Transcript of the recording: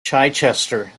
chichester